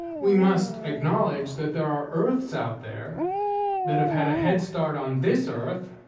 we must acknowledge that there are earths out there that have had a head start on this earth,